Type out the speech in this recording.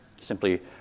simply